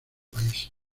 país